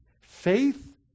faith